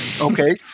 Okay